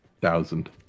thousand